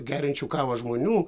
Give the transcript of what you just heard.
geriančių kavą žmonių